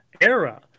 era